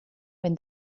when